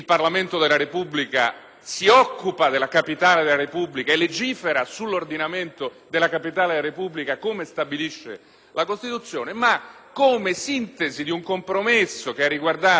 si occupa della capitale della Repubblica e legifera sull'ordinamento della capitale della Repubblica come stabilisce la Costituzione, ma, come sintesi di un compromesso che ha riguardato le isole,